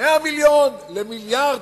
100 מיליון למיליארד.